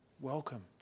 Welcome